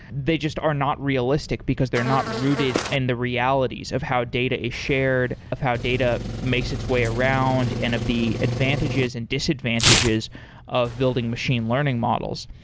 they just are not realistic, because they're not rooted in the realities of how data is shared, of how data makes its way around, and of the advantages and disadvantages of building machine learning models,